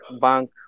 bank